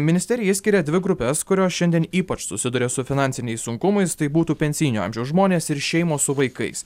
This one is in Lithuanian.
ministerija išskiria dvi grupes kurios šiandien ypač susiduria su finansiniais sunkumais tai būtų pensinio amžiaus žmonės ir šeimos su vaikais